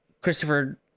Christopher